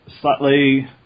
slightly